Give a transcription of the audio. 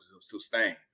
sustain